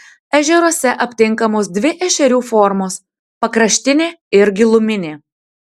ežeruose aptinkamos dvi ešerių formos pakraštinė ir giluminė